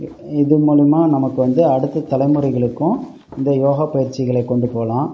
இதன் மூலயமா நமக்கு வந்து அடுத்த தலைமுறைகளுக்கும் இந்த யோகா பயிற்சிகளை கொண்டு போகலாம்